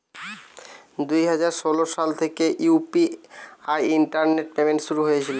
দুই হাজার ষোলো সাল থেকে ইউ.পি.আই ইন্টারনেট পেমেন্ট শুরু হয়েছিল